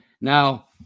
now